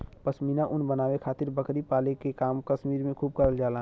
पश्मीना ऊन बनावे खातिर बकरी पाले के काम कश्मीर में खूब करल जाला